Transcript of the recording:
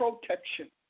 protection